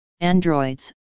androids